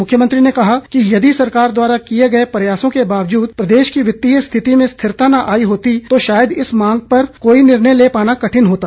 मुख्यमंत्री ने कहा कि यदि सरकार द्वारा किए गए प्रयासों के बावजूद प्रदेश की वित्तीय स्थिति में स्थिरता न आई होती तो शायद इस मांग पर कोई निर्णय ले पाना कठिन होता